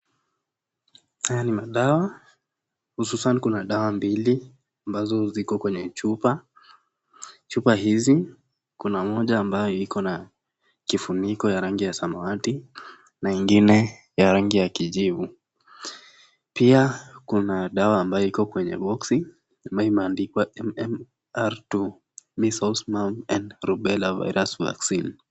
Haya ni madawa, hususan kuna dawa mbili ambazo ziko kwenye chupa, chupa izi kuna moja ambayo iko na kifuniko ya rangi ya samawati na ingine ya rangi ya kijivu, pia kuna dawa yenye iko kwenye boxi , amabayo imeandikwa MM R two measles mups and rebella virus vaccine .